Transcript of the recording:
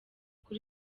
kuri